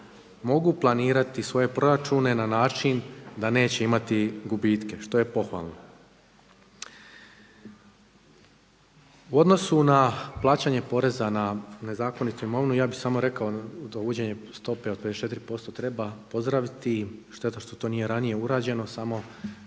mogu planirati svoje proračune na način da neće imati gubitke što je pohvalno. U odnosu na plaćanje poreza na nezakonitu imovinu, ja bih samo rekao da uvođenje stope od 54% treba pozdraviti, šteta što to nije ranije urađeno. Samo